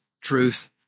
truth